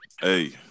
Hey